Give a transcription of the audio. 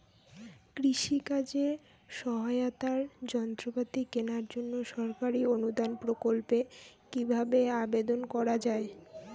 কৃষি কাজে সহায়তার যন্ত্রপাতি কেনার জন্য সরকারি অনুদান প্রকল্পে কীভাবে আবেদন করা য়ায়?